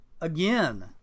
again